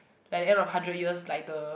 at the end of hundred years like the